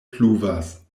pluvas